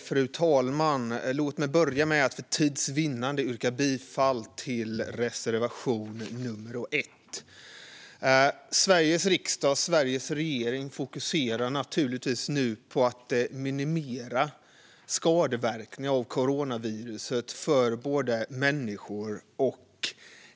Fru talman! Låt mig börja med att yrka bifall till reservation 1. Sveriges riksdag och Sveriges regering fokuserar naturligtvis nu på att minimera skadeverkningarna av coronaviruset för både människor och